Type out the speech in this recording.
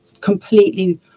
completely